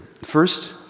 First